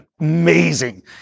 amazing